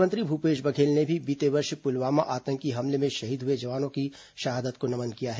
मुख्यमंत्री भूपेश बघेल ने भी बीते वर्ष पुलवामा आतंकी हमले में शहीद हुए जवानों की शहादत को नमन किया है